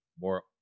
more